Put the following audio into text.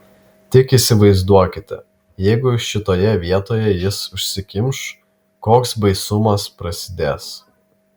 tik įsivaizduokite jeigu šitoje vietoje jis užsikimš koks baisumas prasidės